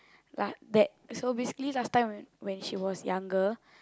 like that so basically last time when when she was younger